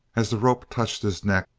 as the rope touched his neck,